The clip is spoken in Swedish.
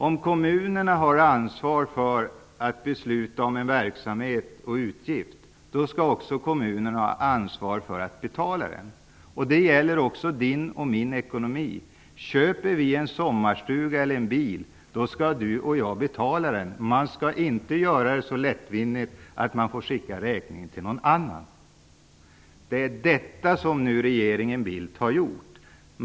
Om kommunerna har ansvaret för att besluta om en utgift för en verksamhet, skall också kommunerna ha ansvaret för att betala den. Det gäller också din och min ekonomi. Om vi köper en sommarstuga eller en bil skall också du och jag betala den. Det skall inte vara så lättvindigt att räkningen kan skickas till någon annan. Det är detta som regeringen Bildt gör.